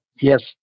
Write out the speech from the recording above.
Yes